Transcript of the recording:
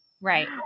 Right